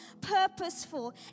purposeful